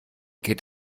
geht